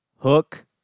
Hook